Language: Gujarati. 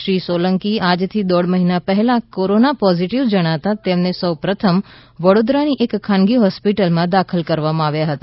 શ્રી સોલંકી આજથી દોઢેક મહિના પહેલા કોરોના પોઝિટિવ જણાતાં તેમને સૌ પ્રથમ વડોદરાની એક ખાનગી હોસ્પિટલમાં દાખલ કરવામાં આવ્યા હતા